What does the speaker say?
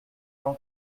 jean